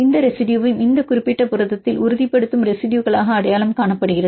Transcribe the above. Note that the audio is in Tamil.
இந்த ரெசிடுயுவும் இந்த குறிப்பிட்ட புரதத்தில் உறுதிப்படுத்தும் ரெசிடுயுகளாக அடையாளம் காணப்படுகிறது